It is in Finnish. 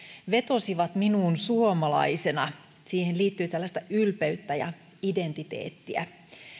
vetosivat minuun suomalaisena siihen liittyi tällaista ylpeyttä ja identiteettiä